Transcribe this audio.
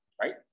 right